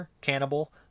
Cannibal